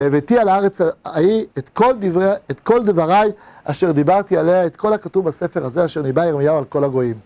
הבאתי על הארץ ההיא, את כל דברי, את כל דבריי, אשר דיברתי עליה, את כל הכתוב בספר הזה, אשר ניבא ירמיהו על כל הגויים.